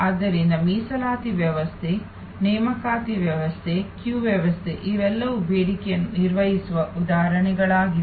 ಆದ್ದರಿಂದ ಮೀಸಲಾತಿ ವ್ಯವಸ್ಥೆ ನೇಮಕಾತಿ ವ್ಯವಸ್ಥೆ ಕ್ಯೂ ವ್ಯವಸ್ಥೆ ಇವೆಲ್ಲವೂ ಬೇಡಿಕೆಯನ್ನು ನಿರ್ವಹಿಸುವ ಉದಾಹರಣೆಗಳಾಗಿವೆ